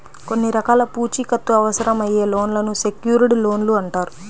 కొన్ని రకాల పూచీకత్తు అవసరమయ్యే లోన్లను సెక్యూర్డ్ లోన్లు అంటారు